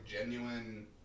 genuine